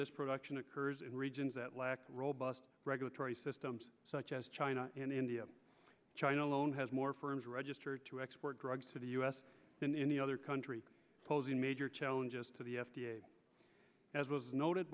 this production occurs in regions that lack robust regulatory systems such as china and india china alone has more firms registered to export drugs to the u s than any other country major challenges to the f d a as was noted